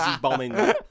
bombing